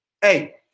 Hey